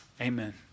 Amen